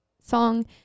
song